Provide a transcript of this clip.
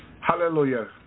Hallelujah